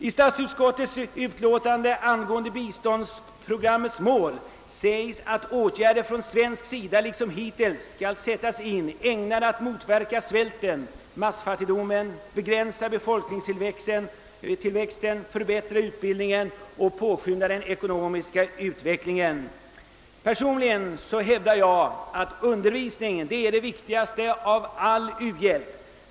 I sitt utlåtande angående biståndsprogrammets mål skriver utskottet att åtgärder från svensk sida liksom hittills skall sättas in, ägnade att motverka svälten och massfattigdomen, begränsa befolkningstillväxten, förbättra utbildningen och påskynda den ekonomiska utvecklingen. Personligen hävdar jag att undervisningen är det viktigaste i all u-hjälp.